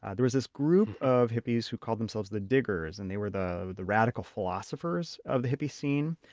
ah there was this group of hippies who called themselves the diggers, and they were the the radical philosophers of the hippie scene.